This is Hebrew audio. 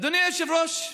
אדוני היושב-ראש,